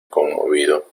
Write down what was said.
conmovido